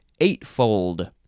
Eightfold